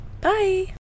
Bye